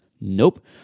nope